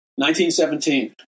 1917